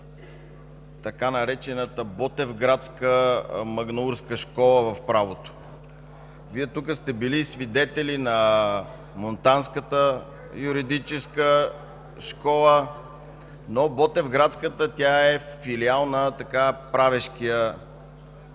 така наречената „ботевградска магнаурска школа” в правото. Вие тук сте били свидетели на „монтанската юридическа школа”, но „ботевградската” – тя е филиал на правешкия